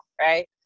Right